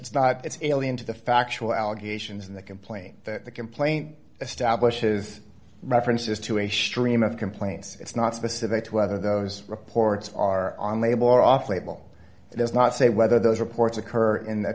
it's not it's alien to the factual allegations in the complaint that the complaint establishes references to a stream of complaints it's not specific whether those reports are on label or off label it does not say whether those reports occur in the